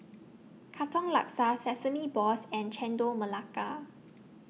Katong Laksa Sesame Balls and Chendol Melaka